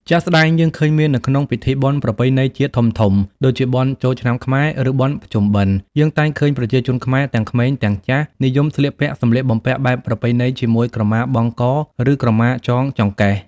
ជាក់ស្តែងយើងឃើញមាននៅក្នុងពិធីបុណ្យប្រពៃណីជាតិធំៗ ដូចជាបុណ្យចូលឆ្នាំខ្មែរ ឬបុណ្យភ្ជុំបិណ្ឌ យើងតែងឃើញប្រជាជនខ្មែរទាំងក្មេងទាំងចាស់ និយមស្លៀកពាក់សម្លៀកបំពាក់បែបប្រពៃណីជាមួយក្រមាបង់ក ឬក្រមាចងចង្កេះ។